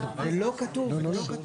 זה לא כתוב.